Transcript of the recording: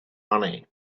money